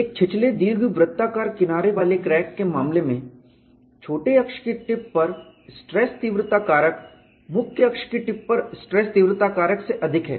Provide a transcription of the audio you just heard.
एक छिछले दीर्घवृत्ताकार किनारे वाले क्रैक के मामले में छोटे अक्ष की टिप पर स्ट्रेस तीव्रता कारक मुख्य अक्ष की टिप पर स्ट्रेस तीव्रता कारक से अधिक है